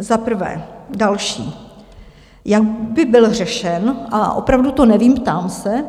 Za prvé další, jak by byl řešen, a opravdu to nevím, ptám se,